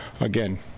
again